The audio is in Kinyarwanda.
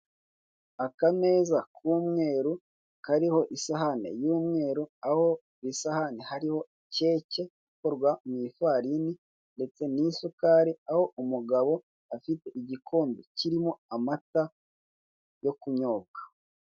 Akameza k'umweru, kariho isahane y'umweru, aho ku isahane hariho keke, ikorwa mu ifarini ndetse n'isukari, aho umugabo afite igikombe, kirimo amata yo kunyobwa.